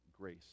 grace